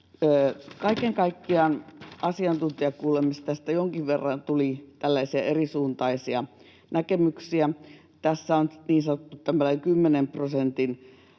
Kaiken kaikkiaan asiantuntijakuulemisessa tästä jonkin verran tuli tällaisia erisuuntaisia näkemyksiä. Tässä on niin sanottu tämmöinen